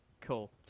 Cool